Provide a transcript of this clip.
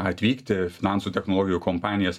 atvykti finansų technologijų kompanijas